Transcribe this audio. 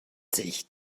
sich